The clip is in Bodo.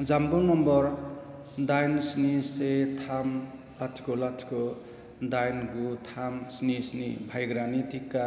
जानबुं नम्बर दाइन स्नि से थाम लाथिख' लाथिख' दाइन गु थाम स्नि स्नि बाहायग्रानि टिका